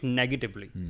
negatively